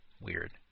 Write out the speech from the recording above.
weird